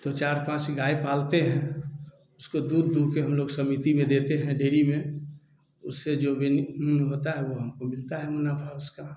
दो चार पाँच गाय पालते हैं उसको दूध धूह के हम लोग समिति में देते हैं डेरी में उससे जो होता है वो हमको मिलता हैं मुनाफ़ा उसका